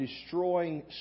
destroying